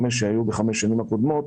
136 מיליון היו בחמש שנים הקודמות,